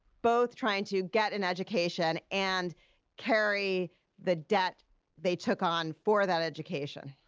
both trying to get an education and carry the debt they took on for that education.